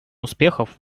успехов